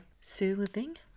soothing